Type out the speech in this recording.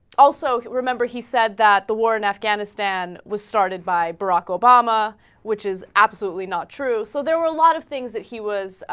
also remember he said that the war in afghanistan was started by brocco brahma which is absolutely not true so there are a lot of things that he was ah.